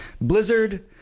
blizzard